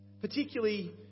Particularly